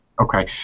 Okay